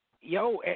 Yo